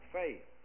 faith